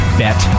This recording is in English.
bet